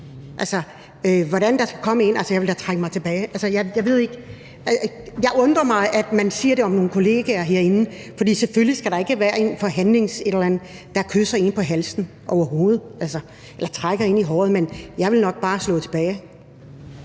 er det sagt. Altså, jeg ville da trække mig tilbage. Jeg undrer mig over, at man siger det om nogle kollegaer herinde, for selvfølgelig skal der overhovedet ikke være en ved et forhandlingsmøde, der kysser én på halsen eller trækker én i håret. Men jeg ville nok bare slå tilbage.